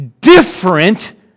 different